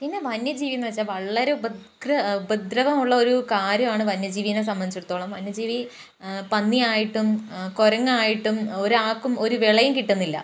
പിന്നെ വന്യജീവിയെന്ന് വെച്ചാ വളരെ ഉപഗ്ര ഉപദ്രവമുള്ളൊരു കാര്യമാണ് വന്യജീവീനെ സംബന്ധിച്ചിടത്തോളം വന്യജീവി പന്നിയായിട്ടും കുരങ്ങായിട്ടും ഒരാർക്കും ഒരു വിളയും കിട്ടുന്നില്ല